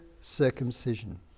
circumcision